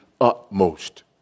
utmost